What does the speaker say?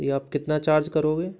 ये आप कितना चार्ज करोगे